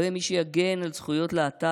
לא יהיה מי שיגן על זכויות להט"בים.